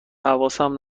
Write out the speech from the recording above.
حواسم